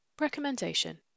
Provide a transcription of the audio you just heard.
Recommendation